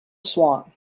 swan